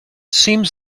seems